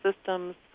systems